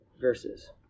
verses